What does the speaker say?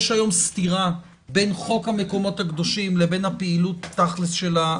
יש היום סתירה בין חוק המקומות הקדושים לבין הפעילות של המרכז.